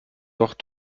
doch